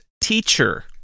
teacher